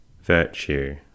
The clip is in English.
virtue